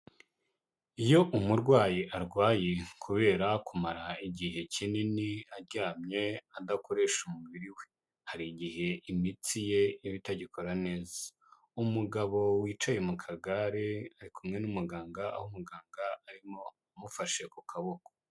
Iyo umurwayi arwaye kubera kumara igihe kinini aryamye adakoresha umubiri we, hari igihe imitsi ye iba itagikora neza. Umugabo wicaye mu kagare ari kumwe n'umuganga aho umuganga arimo amufashe ku kaboko.